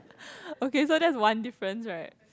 okay so that's one different right